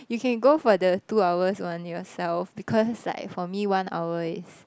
you can go for the two hours one yourself because like for me one hour is